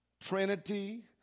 Trinity